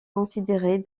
considérée